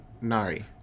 Nari